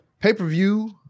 pay-per-view